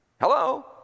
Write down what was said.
Hello